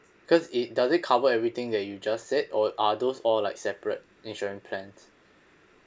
cause it does it cover everything that you just said or are those all like separate insurance plans